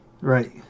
right